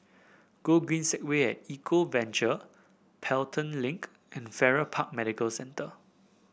Gogreen Segway at Eco Adventure Pelton Link and Farrer Park Medical Centre